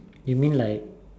you mean like